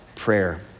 prayer